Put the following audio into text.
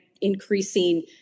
increasing